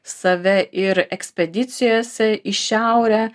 save ir ekspedicijose į šiaurę